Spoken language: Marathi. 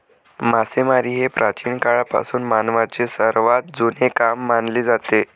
मासेमारी हे प्राचीन काळापासून मानवाचे सर्वात जुने काम मानले जाते